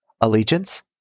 allegiance